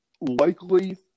likely